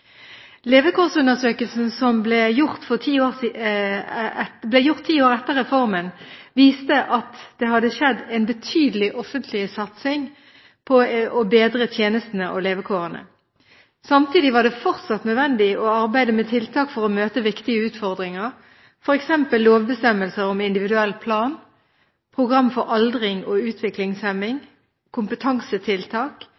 Levekårsundersøkelsen som ble gjort ti år etter reformen, viste at det hadde skjedd en betydelig offentlig satsing på å bedre tjenestene og levekårene. Samtidig var det fortsatt nødvendig å arbeide med tiltak for å møte viktige utfordringer, f.eks. lovbestemmelser om individuell plan, program for aldring og